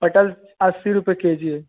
पटल अस्सी रुपये केजी है